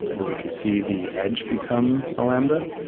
where we could see the edge become the lambda.